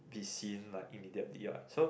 be seen like immediately what so